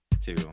two